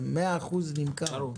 אבל 100% נמכר.